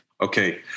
Okay